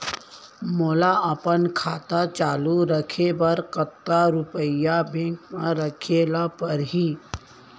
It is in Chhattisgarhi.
मोला अपन खाता चालू रखे बर कतका रुपिया बैंक म रखे ला परही?